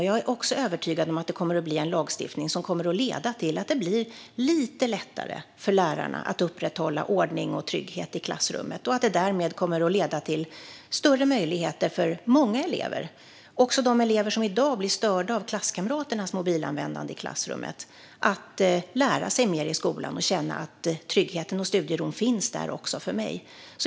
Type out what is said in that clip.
Jag är också övertygad om att lagstiftningen kommer att leda till att det blir lite lättare för lärarna att upprätthålla ordning och trygghet i klassrummet. Det kommer därmed att leda till större möjligheter för många elever, också de elever som i dag blir störda av klasskamraternas mobilanvändande i klassrummet, att lära sig mer i skolan och känna att tryggheten och studieron finns där också för dem.